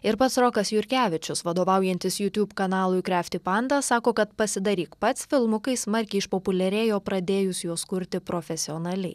ir pats rokas jurkevičius vadovaujantis youtube kanalui crafty panda sako kad pasidaryk pats filmukai smarkiai išpopuliarėjo pradėjus juos kurti profesionaliai